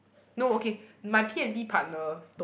no okay my P and B partner told